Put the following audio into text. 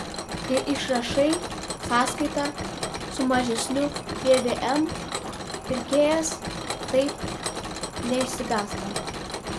kai išrašai sąskaitą su mažesniu pvm pirkėjas taip neišsigąsta